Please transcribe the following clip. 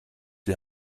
die